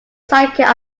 sidekick